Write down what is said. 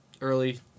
early